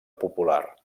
popular